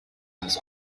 has